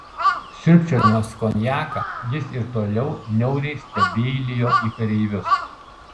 siurbčiodamas konjaką jis ir toliau niauriai stebeilijo į kareivius